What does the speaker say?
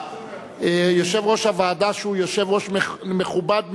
יושב-ראש הוועדה, שהוא יושב-ראש מכובד מאוד,